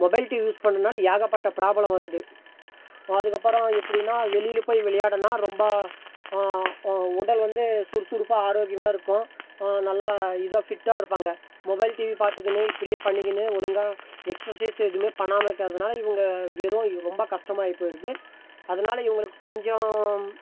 mobile TV use பண்ணனால ஏகப்பட்ட problem வருது அதுக்கப்புறம் எப்படினா வெளியில் போய் விளாடுனா ரொம்ப உடல் வந்து சுறுசுறுப்பாக ஆரோக்கியமாக இருக்கும் நல்லா இதாக ஃபிட்டாக இருப்பாங்க மொபைல் டிவி பார்த்துக்கினு இப்படியே பண்ணிக்கினு ஒழுங்காக எக்ஸ்சசைஸ் எதுவுமே பண்ணாமல் இருக்கறதுனால் இவங்க வெறும் ரொம்ப கஷ்டமாயிப் போயிடுது அதனால இவங்குளுக்கு கொஞ்சம்